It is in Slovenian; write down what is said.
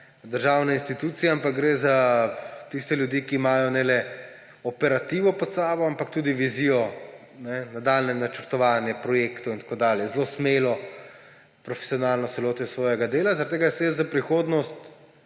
državne institucije, ampak gre za tiste ljudi, ki imajo ne le operativo pod seboj, ampak tudi vizijo, nadaljnje načrtovanje projektov in tako dalje. Zelo smelo, profesionalno se lotijo svojega dela, zaradi tega se jaz za prihodnost